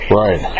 right